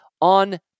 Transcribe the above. on